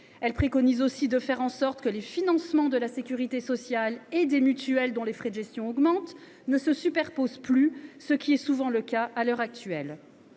Elle préconise aussi de faire en sorte que les financements de la sécurité sociale et des mutuelles, dont les frais de gestion augmentent, ne se superposent plus, ce qui est souvent le cas à l’heure actuelle.